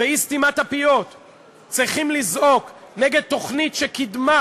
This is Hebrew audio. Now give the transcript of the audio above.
ואי-סתימת פיות צריכים לזעוק נגד תוכנית שקידמה,